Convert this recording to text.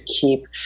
keep